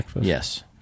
Yes